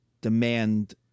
demand